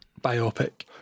Biopic